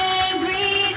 angry